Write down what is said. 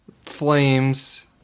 flames